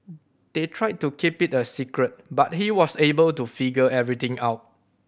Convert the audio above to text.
they tried to keep it a secret but he was able to figure everything out